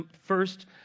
first